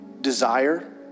desire